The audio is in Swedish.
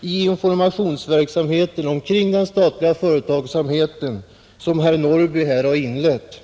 i informationsverksamheten omkring den statliga företagsamheten, som herr Norrby här har inlett.